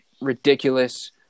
ridiculous